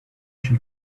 she